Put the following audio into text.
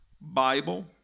Bible